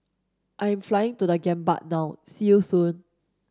I am flying to The Gambia now see you soon